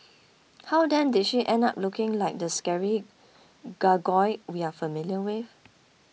how then did she end up looking like the scary gargoyle we are familiar with